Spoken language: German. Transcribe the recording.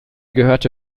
gehörte